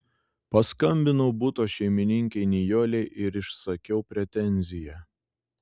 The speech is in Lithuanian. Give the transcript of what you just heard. paskambinau buto šeimininkei nijolei ir išsakiau pretenziją